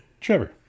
trevor